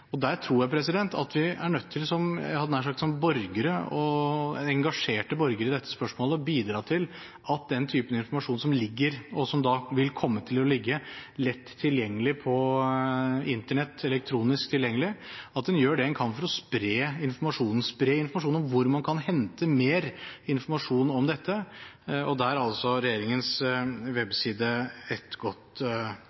Jeg tror vi er nødt til, som engasjerte borgere i dette spørsmålet, å bidra til at den type informasjon som ligger, og som vil komme til å ligge, lett tilgjengelig elektronisk på Internett, spres. En må gjøre det en kan for å spre informasjonen og spre informasjon om hvor man kan hente mer informasjon om dette. Der er også regjeringens webside et godt